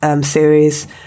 series